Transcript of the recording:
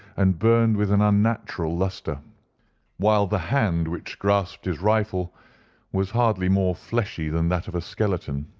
and burned with an unnatural lustre while the hand which grasped his rifle was hardly more fleshy than that of a skeleton.